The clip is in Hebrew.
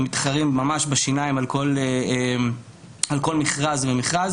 הן מתחרות ממש בשיניים על כל מכרז ומכרז